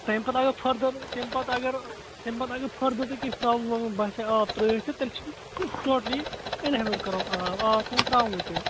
تَمہِ پَتہٕ اگر فٕردر تَمہِ پَتہٕ اگر تَمہِ پَتہٕ اگر فٕردر تۄہہِ کیٚنٛہہ پرٛابلِم باسیٛاو آب ترٛٲوِتھ تہٕ تیٚلہِ چھُ ٹوٚٹلی اِنحیبِٹ کَرُن آب آب چھُنہٕ ترٛاونُے تیٚلہِ